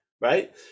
right